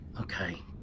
Okay